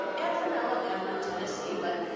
and from alabama and tennessee, but